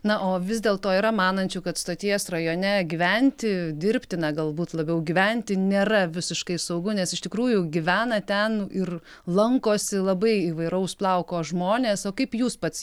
na o vis dėlto yra manančių kad stoties rajone gyventi dirbti na galbūt labiau gyventi nėra visiškai saugu nes iš tikrųjų gyvena ten ir lankosi labai įvairaus plauko žmonės o kaip jūs pats